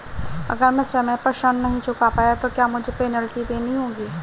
अगर मैं समय पर ऋण नहीं चुका पाया तो क्या मुझे पेनल्टी देनी होगी?